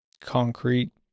concrete